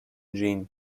gene